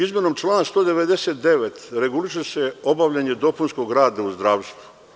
Izmenom člana 199. reguliše se obavljanje dopunskog rada u zdravstvu.